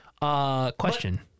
question